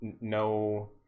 no